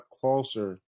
closer